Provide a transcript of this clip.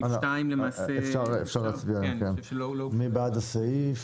תש"ך-1960, מי בעד הסעיף,